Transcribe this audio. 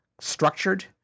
structured